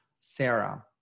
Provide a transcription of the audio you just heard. Sarah